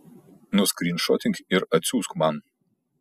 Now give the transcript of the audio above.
nuskrynšotink ir atsiųsk man